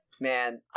Man